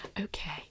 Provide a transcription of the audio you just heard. Okay